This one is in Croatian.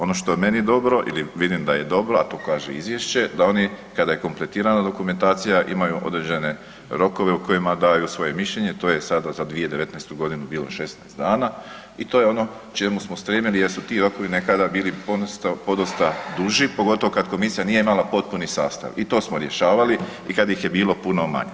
Ono što je meni dobro ili vidim da je dobro, a to kaže i izvješće da oni kada je kompletirana imaju određene rokove u kojima daju svoje mišljenje to je sada za 2019.-tu godinu bilo 16 dana i to je ono čemu smo stremili jer su ti rokovi nekada bili podosta duži pogotovo kad komisija nije imala potpuni sastav i to smo rješavali i kad ih je bilo puno manje.